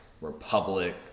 republic